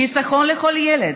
חיסכון לכל ילד,